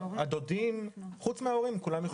הדודים - חוץ מההורים כולם יכולים.